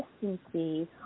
consistency